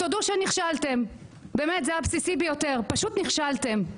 תודו שנכשלתם, פשוט נכשלתם.